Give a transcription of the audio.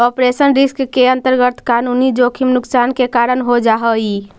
operational risk के अंतर्गत कानूनी जोखिम नुकसान के कारण हो जा हई